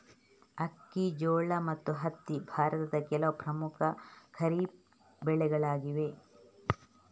ಅಕ್ಕಿ, ಜೋಳ ಮತ್ತು ಹತ್ತಿ ಭಾರತದ ಕೆಲವು ಪ್ರಮುಖ ಖಾರಿಫ್ ಬೆಳೆಗಳಾಗಿವೆ